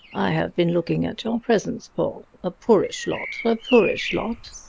i have been looking at your presents, paul. a poorish lot a poorish lot!